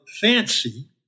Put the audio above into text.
fancy